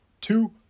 two